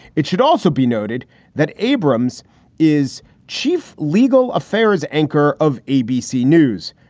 it should also be noted that abrams is chief legal affairs anchor of abc news.